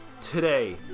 Today